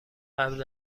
قبل